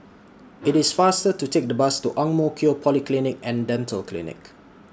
IT IS faster to Take The Bus to Ang Mo Kio Polyclinic and Dental Clinic